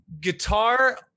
Guitar